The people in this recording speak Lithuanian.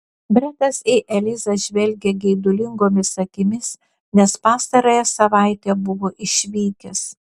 bretas į elizą žvelgė geidulingomis akimis nes pastarąją savaitę buvo išvykęs